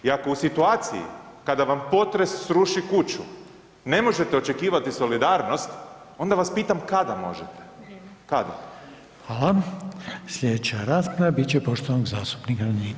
I ako u situaciji kada vam potres sruši kuću ne možete očekivati solidarnost onda vas pitam kada možete, kada.